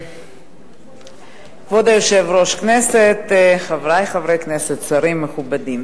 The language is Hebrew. כבוד היושב-ראש, חברי חברי הכנסת, שרים מכובדים,